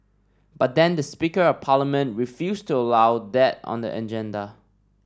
but then the speaker of parliament refused to allow that on the agenda